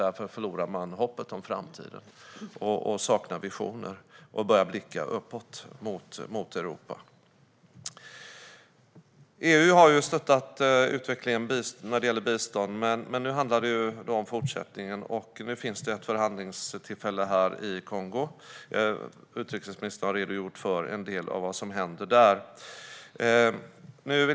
Därför förlorar ungdomarna hoppet om framtiden, saknar visioner och börjar blicka uppåt, mot Europa. EU har stöttat utvecklingen genom bistånd. Men nu handlar det om fortsättningen. Nu finns det ett förhandlingstillfälle i Kongo. Utrikesministern har redogjort för en del av vad som händer där.